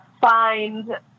find